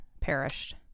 perished